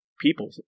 people